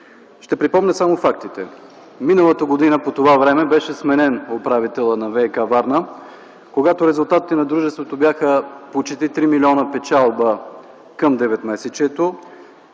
Ще припомня само фактите. Миналата година по това време беше сменен управителят на ВиК Варна, когато резултатите на дружеството бяха почти 3 млн. печалба към